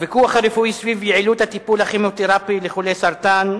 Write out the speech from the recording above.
הוויכוח הרפואי סביב יעילות הטיפול הכימותרפי לחולי סרטן,